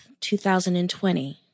2020